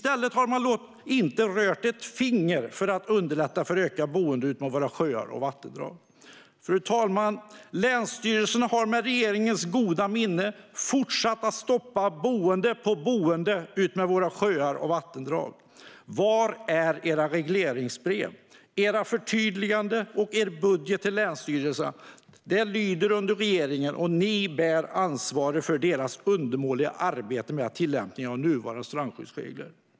Man har inte rört ett finger för att underlätta för ökat boende utmed våra sjöar och vattendrag. Fru talman! Länsstyrelserna har med regeringens goda minne fortsatt att stoppa nya boenden utmed våra sjöar och vattendrag. Var är era regleringsbrev, era förtydliganden och er budget till länsstyrelserna, som lyder under regeringen? Ni bär ansvaret för deras undermåliga arbete med tillämpningen av nuvarande strandskyddsregler.